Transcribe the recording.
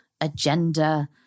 agenda